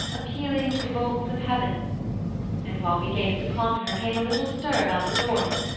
appealing to the bolts of heaven and while we gazed upon her came a little stir about the doors,